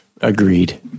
Agreed